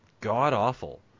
god-awful